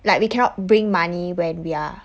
like we cannot bring money when we are